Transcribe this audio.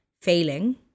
failing